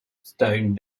stone